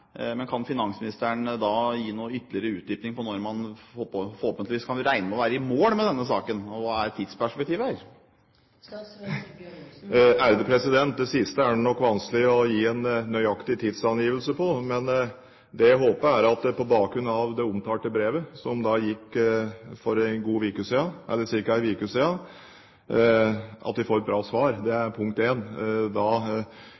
Kan finansministeren foreta noen ytterligere utdypning av når man – forhåpentligvis – kan regne med å være i mål med denne saken? Hva er tidsperspektivet her? Det siste spørsmålet er det nok vanskelig å gi en nøyaktig tidsangivelse på. Men jeg håper, på bakgrunn av det omtalte brevet som ble sendt for ca. en uke siden, at vi får et bra svar. Det